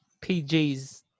PG's